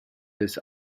des